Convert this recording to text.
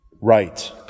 Right